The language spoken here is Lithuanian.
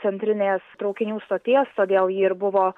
centrinės traukinių stoties todėl ji ir buvo